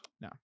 No